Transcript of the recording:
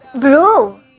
Bro